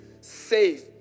safe